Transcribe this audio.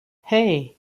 hey